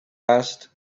asked